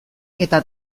eta